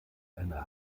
einer